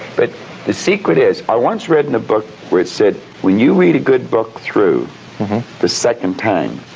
but the secret is, i once read in a book where it said, when you read a good book through the second time,